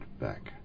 back